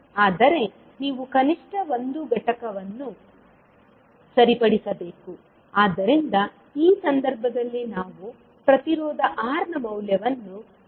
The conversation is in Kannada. ಆದರೆ ನೀವು ಕನಿಷ್ಟ ಒಂದು ಘಟಕವನ್ನು ಸರಿಪಡಿಸಬೇಕು ಆದ್ದರಿಂದ ಈ ಸಂದರ್ಭದಲ್ಲಿ ನಾವು ಪ್ರತಿರೋಧ R ನ ಮೌಲ್ಯವನ್ನು ನಿಗದಿಪಡಿಸಿದ್ದೇವೆ